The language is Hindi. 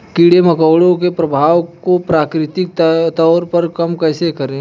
कीड़े मकोड़ों के प्रभाव को प्राकृतिक तौर पर कम कैसे करें?